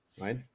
right